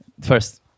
first